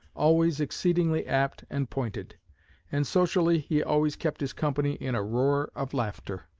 always exceedingly apt and pointed and socially he always kept his company in a roar of laughter.